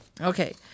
Okay